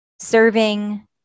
serving